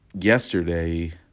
Yesterday